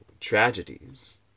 tragedies